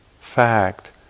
fact